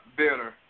better